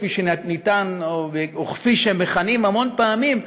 כפי שאפשר וכפי שמכנים המון פעמים,